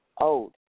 old